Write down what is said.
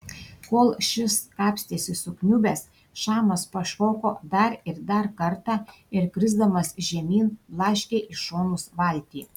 kol šis kapstėsi sukniubęs šamas pašoko dar ir dar kartą ir krisdamas žemyn blaškė į šonus valtį